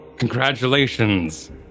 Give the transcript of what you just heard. Congratulations